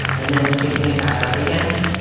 and then kicking it back up again.